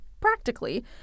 practically